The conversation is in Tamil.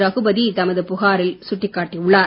ரகுபதி தமது புகாரில் சுட்டிக்காட்டி உள்ளார்